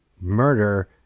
murder